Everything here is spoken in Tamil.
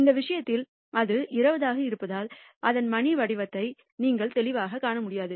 இந்த விஷயத்தில் இது 20 ஆக இருப்பதால் அதன் மணி வடிவத்தை நீங்கள் தெளிவாகக் காண முடியாது